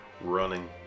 Running